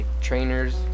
trainers